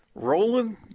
Rolling